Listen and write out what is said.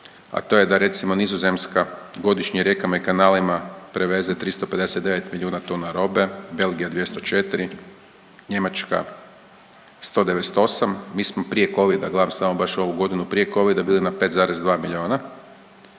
a to je da recimo Nizozemska godišnje rijekama i kanalima preveze 359 milijuna tona robe, Belgija 204, Njemačka 198, mi smo prije covida, gledam samo baš ovu godinu prije covida bili na 5,2 milijuna